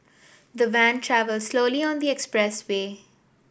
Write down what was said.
the van travelled slowly on the expressway